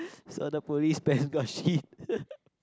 so the police bench got shit